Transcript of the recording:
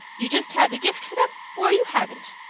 you just have a gift for them or you haven't.